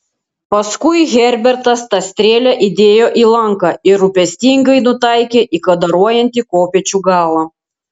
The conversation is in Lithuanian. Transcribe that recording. paskui herbertas tą strėlę įdėjo į lanką ir rūpestingai nutaikė į kadaruojantį kopėčių galą